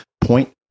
point